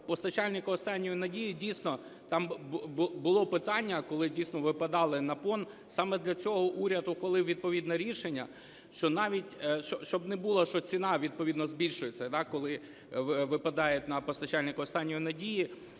постачальника "останньої надії", дійсно, там було питання, коли, дійсно, випадали на ПОН. Саме для цього уряд ухвалив відповідне рішення, щоб не було, що ціна відповідно збільшується, коли випадають на постачальника "останньої надії",